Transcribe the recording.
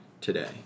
today